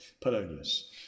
Polonius